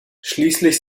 schließlich